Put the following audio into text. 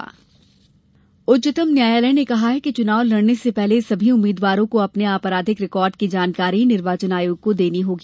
सुको सांसद उच्चतम न्यायालय ने कहा है कि चुनाव लड़ने से पहले सभी उम्मीदवारों को अपने आपराधिक रिकॉर्ड की जानकारी निर्वाचन आयोग को देनी होगी